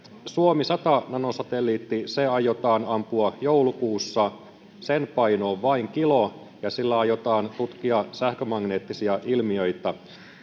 suomi sata nanosatelliitti aiotaan ampua joulukuussa sen paino on vain kilo ja sillä aiotaan tutkia sähkömagneettisia ilmiöitä